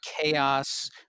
chaos